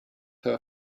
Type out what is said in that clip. her